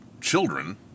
children